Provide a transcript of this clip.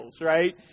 right